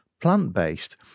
plant-based